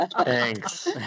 Thanks